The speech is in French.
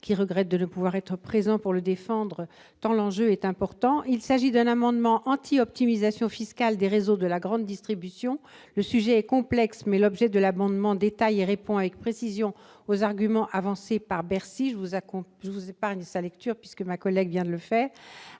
qui regrette de ne pouvoir être présent pour le défendre tant l'enjeu est important. Il s'agit d'un amendement anti-optimisation fiscale des réseaux de la grande distribution. Le sujet est complexe, mais l'objet de l'amendement répond avec précision aux arguments avancés par Bercy. À l'heure actuelle, les distributeurs